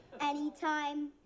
Anytime